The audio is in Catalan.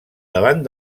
davant